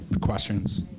questions